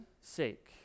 sake